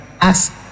ask